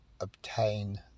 obtain